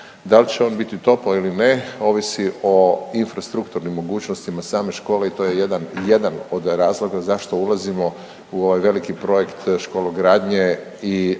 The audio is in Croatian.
Da li će on biti topao ili ne ovisi o infrastrukturnim mogućnostima same škole i to je jedan od razloga zašto ulazimo u ovaj veliki projekt škologradnje